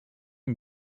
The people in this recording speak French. une